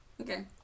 Okay